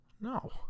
No